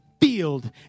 field